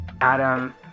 Adam